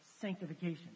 sanctification